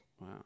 wow